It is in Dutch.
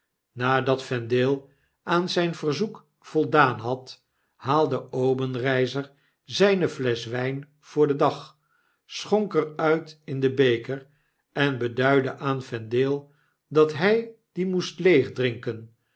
nadat vendale aan zijn verzoek voldaan had haalde obenreizer zijne flesch wyn voor den dag schonk er uit in den beker en beduidde aan vendale dat hy dien moest